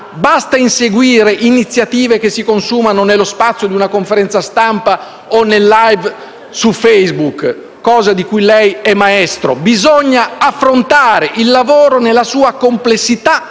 basta inseguire iniziative che si consumano nello spazio di una conferenza stampa o in un *live* su Facebook, cosa di cui lei è maestro. Bisogna affrontare il lavoro nella sua complessità